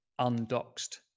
undoxed